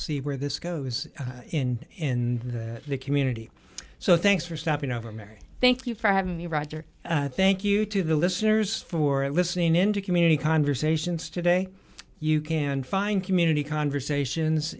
see where this goes in the community so thanks for stopping over mary thank you for having me roger thank you to the listeners for it listening into community conversations today you can find community conversations